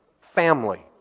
Family